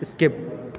skip